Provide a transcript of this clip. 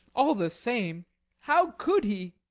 all the same how could he!